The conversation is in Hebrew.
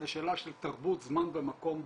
זו שאלה של תרבות, זמן ומקום בהגדרה.